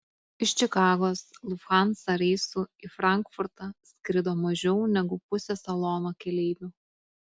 iš čikagos lufthansa reisu į frankfurtą skrido mažiau negu pusė salono keleivių